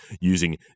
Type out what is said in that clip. using